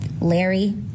Larry